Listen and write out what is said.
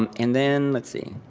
um and then, let's see.